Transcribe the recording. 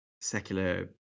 secular